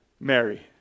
Mary